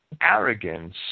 arrogance